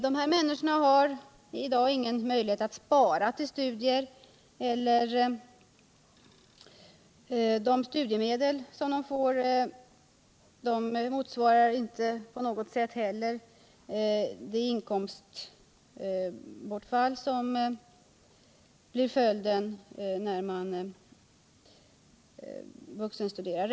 Dessa människor har i dag ingen möjlighet att spara till studier, och de studiemedel som de får motsvarar på intet sätt det inkomstbortfall som blir följden när man vuxenstuderar.